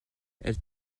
elle